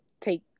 take